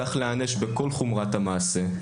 צריך להיענש בכל חומרת המעשה.